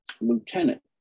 lieutenant